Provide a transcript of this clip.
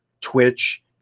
Twitch